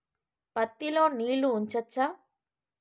పత్తి లో నీళ్లు ఉంచచ్చా?